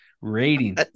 Rating